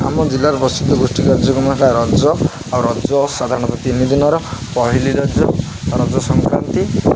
ଆମ ଜିଲ୍ଲାର ପ୍ରସିଦ୍ଧ ଗୋଷ୍ଠୀ କାର୍ଯ୍ୟକ୍ରମ ହେଲା ରଜ ଆଉ ରଜ ସାଧାରଣତଃ ତିନି ଦିନର ପହିଲି ରଜ ରଜ ସଂକ୍ରାନ୍ତି